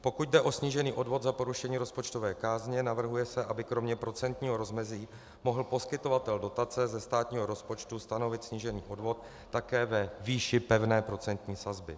Pokud jde o snížený odvod za porušení rozpočtové kázně, navrhuje se, aby kromě procentního rozmezí mohl poskytovatel dotace ze státního rozpočtu stanovit snížený odvod také ve výši pevné procentní sazby.